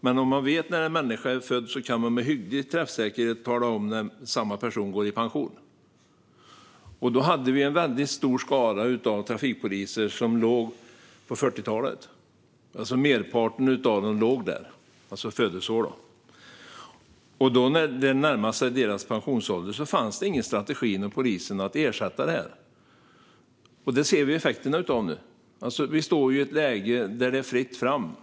Men om man vet när en människa är född kan man med hygglig träffsäkerhet tala om när samma person kommer att gå i pension. Vi hade då en väldigt stor skara trafikpoliser som var födda på 40-talet. Det var merparten. När deras pensionsålder närmade sig fanns det ingen strategi inom polisen för att ersätta dem. Detta ser vi effekterna av nu. Vi står i ett läge där det är fritt fram.